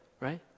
right